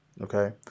Okay